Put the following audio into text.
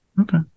Okay